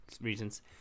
reasons